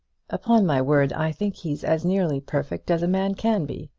upon my word i think he's as nearly perfect as a man can be.